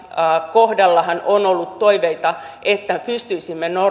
kohdallahan on ollut toiveita että pystyisimme